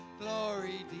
glory